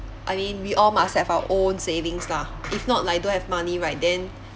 I mean we all must have our own savings lah if not like don't have money right then